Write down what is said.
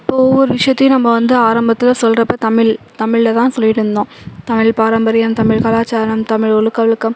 இப்போ ஒவ்வொரு விஷயத்தையும் நம்ம வந்து ஆரம்பத்தில் சொல்றப்போ தமிழ் தமிழ்லதான் சொல்லிட்டுருந்தோம் தமிழ் பாரம்பரியம் தமிழ் கலாச்சாரம் தமிழ் ஒழுக்க ஒழுக்கம்